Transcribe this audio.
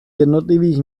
jednotlivých